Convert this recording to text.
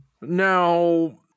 Now